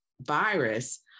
virus